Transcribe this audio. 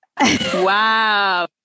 wow